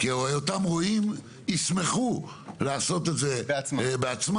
הרי אותם רועים ישמחו לעשות את זה בעצמם,